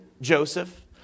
Joseph